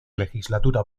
legislatura